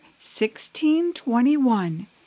1621